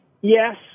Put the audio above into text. yes